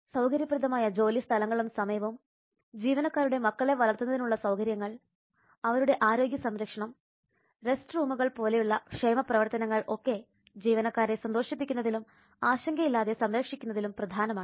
സൌകര്യപ്രദമായ ജോലി സ്ഥലങ്ങളും സമയവും ജീവനക്കാരുടെ മക്കളെ വളർത്തുന്നതിനുള്ള സൌകര്യങ്ങൾ അവരുടെ ആരോഗ്യസംരക്ഷണം റെസ്റ്റ് റൂമുകൾ പോലെയുള്ള ക്ഷേമപ്രവർത്തനങ്ങൾ ഒക്കെ ജീവനക്കാരെ സന്തോഷിപ്പിക്കുന്നതിലും ആശങ്കയില്ലാതെ സംരക്ഷിക്കുന്നതിലും പ്രധാനമാണ്